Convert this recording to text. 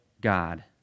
God